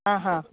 हां हां